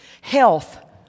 health